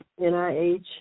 NIH